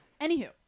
Anywho